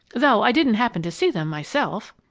though i didn't happen to see them myself.